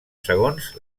segons